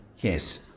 Yes